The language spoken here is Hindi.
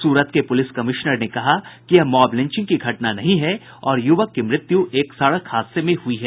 सूरत के पुलिस कमिश्नर ने कहा कि यह मॉब लिंचिग की घटना नहीं है और युवक की मृत्यु एक सड़क हादसे में हुई है